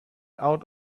out